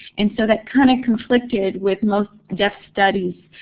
and so that kind of conflicted with most deaf studies.